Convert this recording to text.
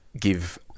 give